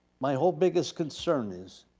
my whole biggest concern is,